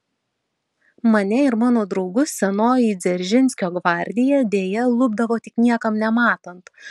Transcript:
mane ir mano draugus senoji dzeržinskio gvardija deja lupdavo tik niekam nematant